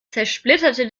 zersplitterte